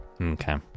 Okay